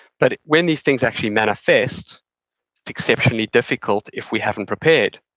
but when these things actually manifest, it's exceptionally difficult if we haven't prepared